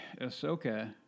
Ahsoka